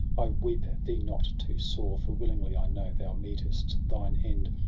i weep thee not too sore, for willingly, i know, thou mefst thine end!